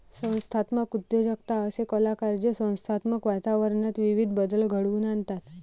संस्थात्मक उद्योजकता असे कलाकार जे संस्थात्मक वातावरणात विविध बदल घडवून आणतात